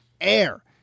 air